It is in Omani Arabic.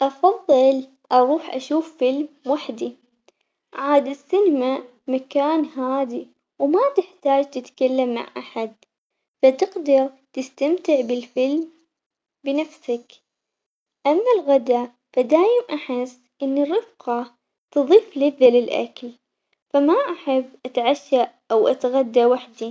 أفضل أروح أشوف فيلم وحدي عاد السينما مكان هادي وما تحتاج تتكلم مع أحد، فتقدر تستمتع بالفيلم بنفسك أما الغدا فدايم أحس إنه الرفقة تضيف لذة للأكل فما أحب أتعشى أو أتغدا وحدي.